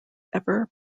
ever